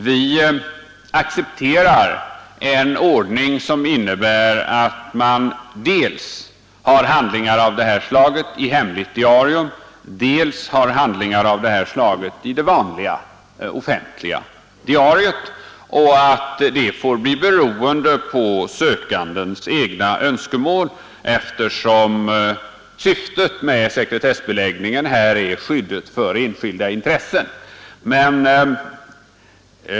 Vi accepterar en ordning som innebär att man har handlingar av det här slaget dels i ett hemligt diarium, dels i det vanliga offentliga diariet och att detta får bli beroende på sökandens egna önskemål, eftersom syftet med sekretessbeläggningen här är skyddet för enskilda intressen.